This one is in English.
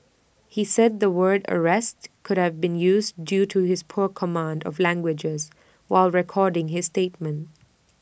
he said the word arrest could have been used due to his poor command of languages while recording his statement